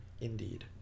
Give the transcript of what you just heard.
Indeed